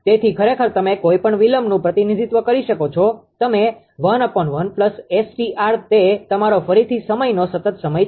તેથી ખરેખર તમે કોઈપણ વિલંબનું પ્રતિનિધિત્વ કરી શકો છો તમે11 𝑆𝑇𝑟 તે તમારો ફરીથી સમયનો સતત સમય છે